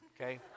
Okay